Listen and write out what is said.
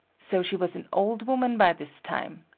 so she was an old woman by this time.